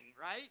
right